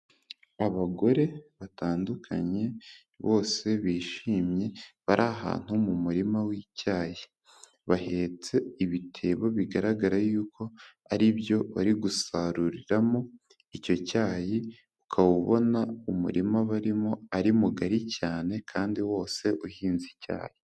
Abagore batandukanye bose bishimye, bari ahantu mu murima w'icyayi, bahetse ibitebo bigaragara yuko ari byo bari gusaruriramo icyo cyayi, ukaba ubona umurima barimo ari mugari cyane kandi wose uhinze icyayi.